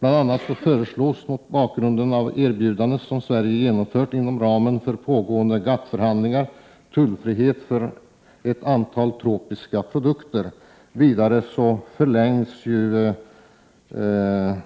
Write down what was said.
Bl.a. föreslås, mot bakgrund av erbjudanden som Sverige har gjort inom ramen för pågående GATT-förhandlingar, tullfrihet för ett antal tropiska produkter. Vidare föreslås en förlängning av den